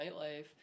nightlife